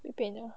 别别扭